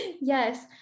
Yes